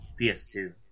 PS2